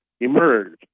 emerged